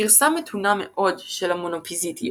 גרסה מתונה מאוד של המונופיזיטיות,